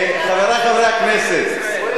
חברי חברי הכנסת,